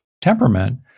temperament